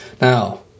Now